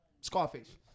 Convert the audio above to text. Scarface